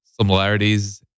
similarities